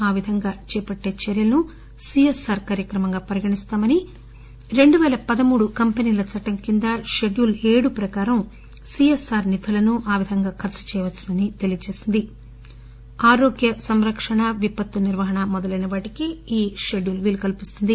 ఆ విధంగా చేపట్టే చర్యలను సి ఎస్ ఆర్ కార్యక్రమంగా పరిగణిస్తామని రెండుపేల పదమూడు కంపెనీల చట్టం కింద పెడ్యూల్ ఏడు ప్రకారం సీఎస్సార్ నిధులను ఆ విధంగా ఖర్చు చేయవచ్చునని తెలియచేసింది ఆరోగ్య సంరక్షణ విపత్తు నిర్వహణ మొదలైన వాటికి ఈ పెడ్యూల్ వీలు కల్పిస్తుంది